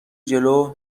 جلو